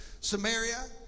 Samaria